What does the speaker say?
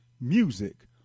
music